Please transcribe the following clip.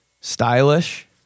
stylish